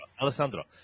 Alessandro